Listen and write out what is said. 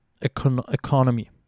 economy